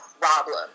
problem